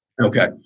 Okay